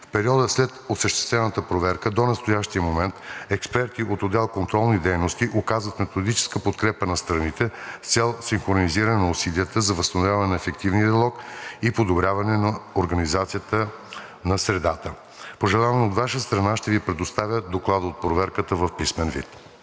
В периода след осъществената проверка до настоящия момент експерти от отдел „Контролни дейности“ оказват методическа подкрепа на страните с цел синхронизиране на усилията за установяване на ефективен диалог и подобряване на организацията на средата. При желание от Ваша страна ще Ви предоставя доклада от проверката в писмен вид.